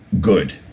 good